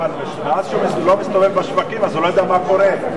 אבל מאז שהוא לא מסתובב בשווקים אז הוא לא יודע מה קורה.